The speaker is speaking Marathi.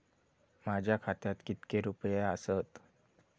माझ्या खात्यात कितके रुपये आसत?